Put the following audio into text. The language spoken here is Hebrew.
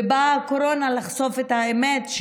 ובאה הקורונה לחשוף את האמת,